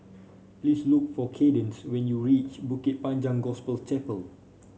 please look for Cadence when you reach Bukit Panjang Gospel Chapel